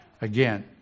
Again